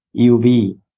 UV